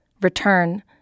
Return